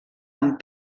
amb